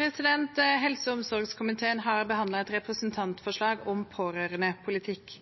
Helse- og omsorgskomiteen har behandlet et representantforslag om